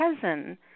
cousin